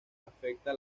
afecta